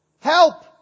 help